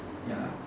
ya